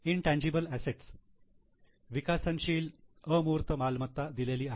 intangible assets विकासंशिल अमूर्त मालमत्ता दिलेली आहे